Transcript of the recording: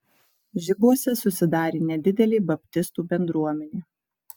žibuose susidarė nedidelė baptistų bendruomenė